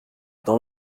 dans